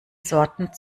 sorten